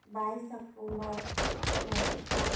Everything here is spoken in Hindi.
बाईस अकटूम्बर दो हजार